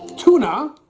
tuna